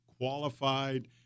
qualified